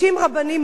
רבני ערים,